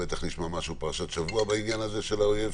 ביום ראשון בערב החליטה הממשלה על סגר בתנאים מאוד מאוד מחמירים.